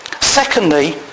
secondly